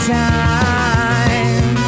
time